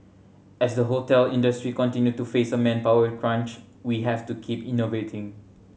as the hotel industry continue to face a manpower crunch we have to keep innovating